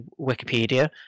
Wikipedia